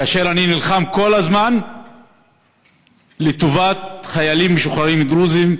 כאשר אני נלחם כל הזמן לטובת חיילים משוחררים דרוזים,